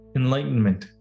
enlightenment